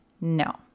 no